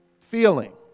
Feeling